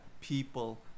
people